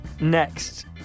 Next